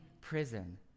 prison